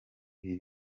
ibi